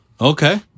Okay